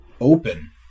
open